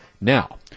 Now